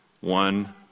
one